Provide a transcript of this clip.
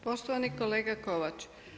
Poštovani kolega Kovač.